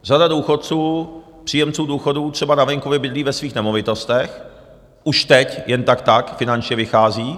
Řada důchodců, příjemců důchodů, třeba na venkově bydlí ve svých nemovitostech, už teď jen tak tak finančně vychází.